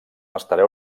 estarà